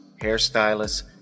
hairstylists